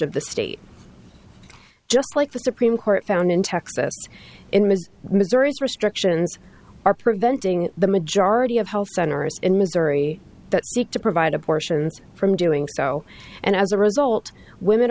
of the state just like the supreme court found in texas in missouri restrictions are preventing the majority of health centers in missouri that seek to provide abortions from doing so and as a result women